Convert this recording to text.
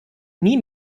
nie